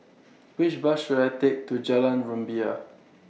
Which Bus should I Take to Jalan Rumbia